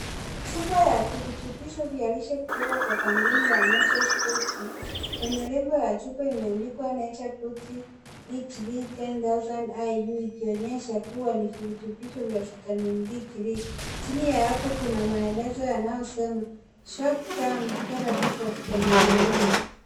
Chupa ya virutibisho vya lishe kutoka kwa kampuni ya Natures Bounty kwenye lebo ya chupa imeandikwa Nature Bounty D3 ten thousand IU ikionyesha kuwa ni virutubisho vya vitamin D3. Chini ya hapo kuna maelezo yanayosema short term therapy for vitamin D .